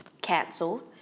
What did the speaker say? cancelled